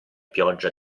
pioggia